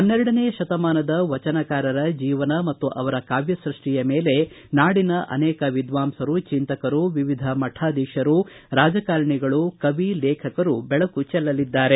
ಹನ್ನೆರಡನೆಯ ಶತಮಾನದ ವಚನಕಾರರ ಜೀವನ ಮತ್ತು ಅವರ ಕಾವ್ಯಸೃಷ್ಷಿಯ ಮೇಲೆ ನಾಡಿನ ಅನೇಕ ವಿದ್ವಾಂಸರು ಚಿಂತಕರು ವಿವಿಧ ಮಠಾಧೀಶರು ರಾಜಕಾರಣಿಗಳು ಕವಿ ಲೇಖಕರು ಬೆಳಕು ಚೆಲ್ಲಲಿದ್ದಾರೆ